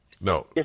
No